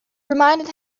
reminded